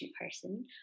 person